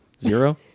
Zero